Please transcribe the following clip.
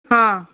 हाँ